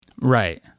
right